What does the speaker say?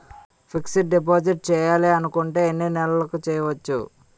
Fixed deposit చేయాలి అనుకుంటే ఎన్నే నెలలకు చేయొచ్చు?